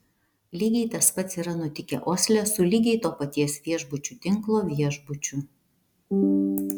lygiai tas pats yra nutikę osle su lygiai to paties viešbučių tinklo viešbučiu